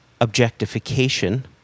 objectification